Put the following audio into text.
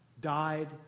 died